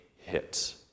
hit